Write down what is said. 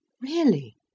Really